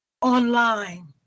online